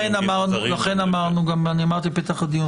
אמרתי בפתח הדיון,